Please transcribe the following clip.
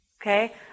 okay